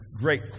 great